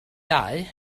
dau